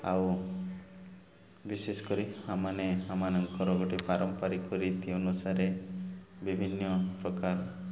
ଆଉ ବିଶେଷ କରି ଆମମାନେ ଆମମାନଙ୍କର ଗୋଟେ ପାରମ୍ପରିକ ରୀତି ଅନୁସାରେ ବିଭିନ୍ନ ପ୍ରକାର